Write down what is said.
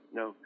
no